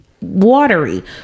watery